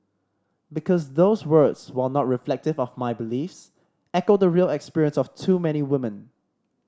because those words while not reflective of my beliefs echo the real experience of too many women